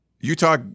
Utah